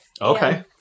Okay